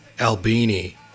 Albini